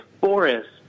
forest